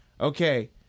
Okay